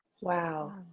Wow